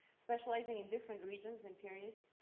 specializing in different regions and periods,